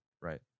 right